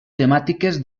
temàtiques